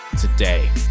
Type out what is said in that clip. today